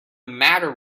matter